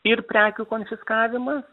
ir prekių konfiskavimas